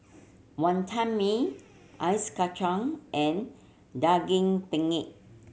Wonton Mee ice kacang and Daging Penyet